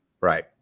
Right